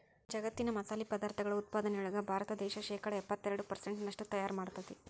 ಜಗ್ಗತ್ತಿನ ಮಸಾಲಿ ಪದಾರ್ಥಗಳ ಉತ್ಪಾದನೆಯೊಳಗ ಭಾರತ ದೇಶ ಶೇಕಡಾ ಎಪ್ಪತ್ತೆರಡು ಪೆರ್ಸೆಂಟ್ನಷ್ಟು ತಯಾರ್ ಮಾಡ್ತೆತಿ